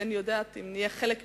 אינני יודעת אם נהיה חלק ממנה,